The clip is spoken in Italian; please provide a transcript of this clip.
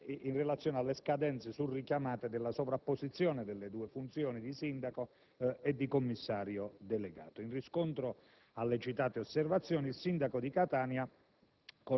in relazione alle richiamate scadenze relative alla sovrapposizione delle funzioni di sindaco e di commissario delegato. In riscontro alle citate osservazioni, il sindaco di Catania,